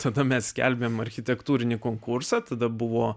tada mes skelbiame architektūrinį konkursą tada buvo